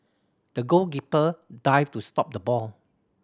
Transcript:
the goalkeeper dived to stop the ball